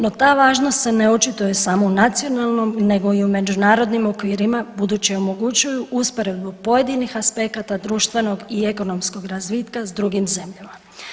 No ta važnost se ne očituje samo u nacionalnom nego i u međunarodnim okvirima budući da omogućuju usporedbu pojedinih aspekata društvenog i ekonomskog razvitka s drugim zemljama.